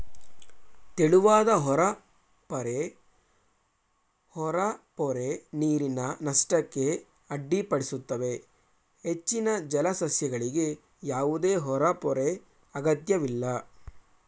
ತೆಳುವಾದ ಹೊರಪೊರೆ ಹೊರಪೊರೆ ನೀರಿನ ನಷ್ಟಕ್ಕೆ ಅಡ್ಡಿಪಡಿಸುತ್ತವೆ ಹೆಚ್ಚಿನ ಜಲಸಸ್ಯಗಳಿಗೆ ಯಾವುದೇ ಹೊರಪೊರೆ ಅಗತ್ಯವಿಲ್ಲ